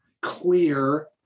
clear